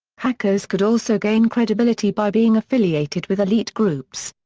hackers could also gain credibility by being affiliated with elite groups.